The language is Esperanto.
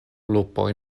lupoj